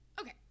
Okay